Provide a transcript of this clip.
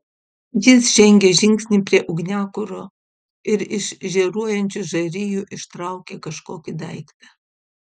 jis žengė žingsnį prie ugniakuro ir iš žėruojančių žarijų ištraukė kažkokį daiktą